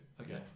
okay